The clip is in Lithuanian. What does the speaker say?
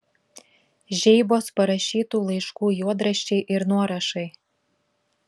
žeibos parašytų laiškų juodraščiai ir nuorašai